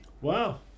wow